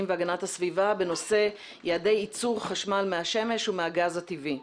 והגנת הסביבה בנושא יעדי ייצור חשמל מהשמש ומהגז הטבעי.